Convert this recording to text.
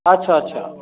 अच्छा अच्छा